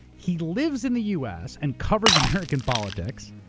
he lives in the u. s. and covers american politics,